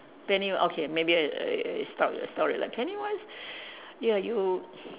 penny okay maybe I I I start with a story penny wise ya you